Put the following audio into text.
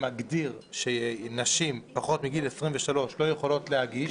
לא מאפשר לנשים פחות מגיל 23 להגיש,